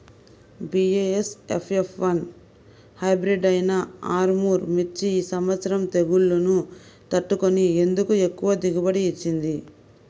BASF F one hybrid అయినా ఆర్ముర్ మిర్చి ఈ సంవత్సరం తెగుళ్లును తట్టుకొని ఎందుకు ఎక్కువ దిగుబడి ఇచ్చింది?